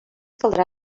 caldrà